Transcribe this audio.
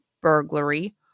burglary